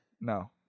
No